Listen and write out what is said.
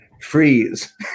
freeze